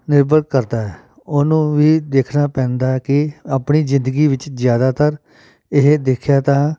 ਨਿਰਭਰ ਕਰਦਾ ਹੈ ਉਹਨੂੰ ਵੀ ਦੇਖਣਾ ਪੈਂਦਾ ਕਿ ਆਪਣੀ ਜ਼ਿੰਦਗੀ ਵਿੱਚ ਜ਼ਿਆਦਾਤਰ ਇਹ ਦੇਖਿਆ ਤਾਂ